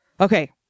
Okay